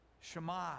Shema